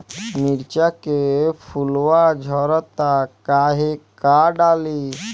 मिरचा के फुलवा झड़ता काहे का डाली?